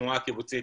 התנועה הקיבוצית,